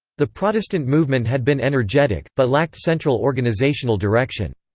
the protestant movement had been energetic, but lacked central organizational direction.